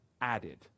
added